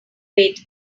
wait